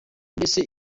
mbese